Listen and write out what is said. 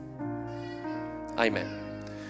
Amen